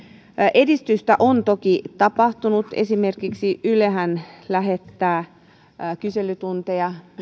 edistystä on toki tapahtunut esimerkiksi ylehän lähettää kyselytunteja